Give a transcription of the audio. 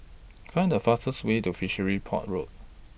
Find The fastest Way to Fishery Port Road